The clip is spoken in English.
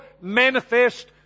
manifest